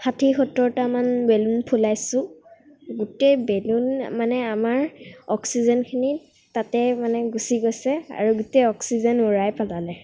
ষাঠি সত্তৰটামান বেলুন ফুলাইছোঁ গোটেই বেলুন মানে আমাৰ অক্সিজেনখিনি তাতে মানে গুচি গৈছে আৰু গোটেই অক্সিজেন উৰাই পেলালে